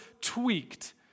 tweaked